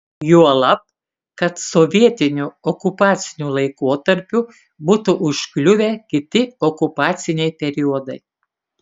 juolab kad sovietiniu okupaciniu laikotarpiu būtų užkliuvę kiti okupaciniai periodai